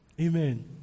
Amen